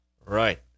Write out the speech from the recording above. right